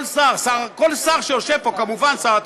כל שר שיושב פה, כמובן שר התקשורת.